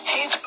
Hey